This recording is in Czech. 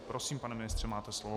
Prosím, pane ministře, máte slovo.